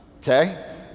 okay